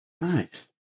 Nice